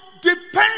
depends